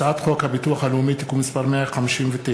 הצעת חוק הביטוח הלאומי (תיקון מס' 159),